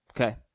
Okay